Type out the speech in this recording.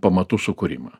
pamatų sukūrimą